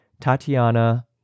Tatiana